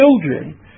children